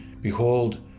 Behold